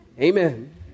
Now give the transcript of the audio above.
Amen